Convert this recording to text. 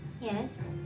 Yes